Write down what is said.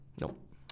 Nope